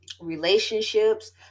relationships